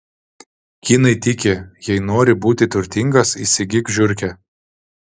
kinai tiki jei nori būti turtingas įsigyk žiurkę